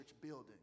building